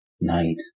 night